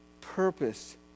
purpose